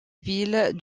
ville